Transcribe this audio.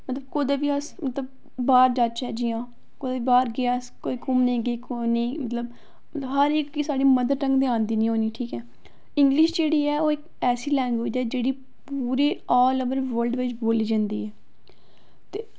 मतलब कुदै बी अस बाह्र जाचै जि'यां कोई बाह्र गेआ घुम्मनै गी गेआ मतलब हर इक गी साढ़ी मदर टंग ते आंदी निं ऐ ठीक ऐ इंग्लिश जेह्ड़ी ऐ ऐसी लैंग्वेज ऐ जेह्ड़ी आल वर्ल्ड बिच्च बोली जंदी ऐ ते